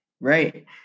Right